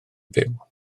fyw